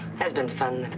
has been fun.